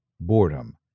boredom